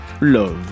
Love